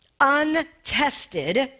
untested